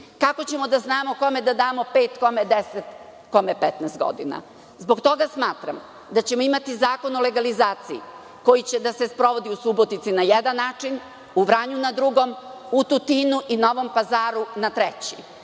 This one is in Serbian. Kako ćemo da znamo kome da damo pet, kome deset, kome petnaest godina? Zbog toga smatram da ćemo imati zakon o legalizaciji koji će da se sprovodi u Subotici na jedan način, u Vranju na drugi, a u Tutinu i Novom Pazaru na treći.